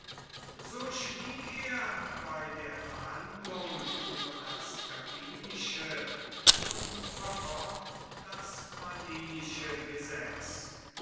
so schwieg er bei der verhandlung über das gabinische und verfocht das manilische gesetz